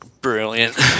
brilliant